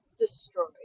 Destroyed